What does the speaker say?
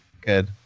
Good